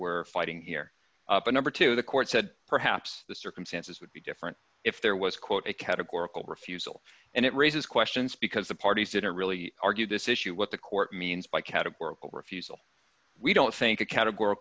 we're fighting here but number two the court said perhaps the circumstances would be different if there was quote a categorical refusal and it raises questions because the parties didn't really argue this issue what the court means by categorical refusal we don't think a categor